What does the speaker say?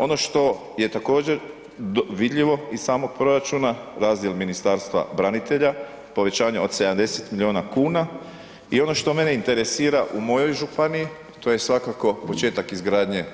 Ono što je također vidljivo iz samog proračuna, razdjel Ministarstva branitelja povećanje od 70 miliona kuna i ono što mene interesira u mojoj županiji to je svakako početak izgradnje